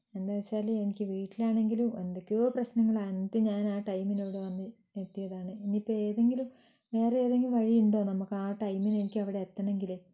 എന്നു വച്ചാൽ എനിക്ക് വീട്ടിലാണെങ്കിലും എന്തൊക്കെയോ പ്രശ്നങ്ങളാണ് എന്നിട്ടും ഞാൻ ആ ടൈമിനു ഇവിടെ വന്ന് എത്തിയതാണ് എനിയിപ്പോൾ ഏതെങ്കിലും വേറെ ഏതെങ്കിലും വഴിയുണ്ടോ നമ്മൾക്ക് ആ ടൈമിന് എനിക്കവിടെ എത്തണമെങ്കിൽ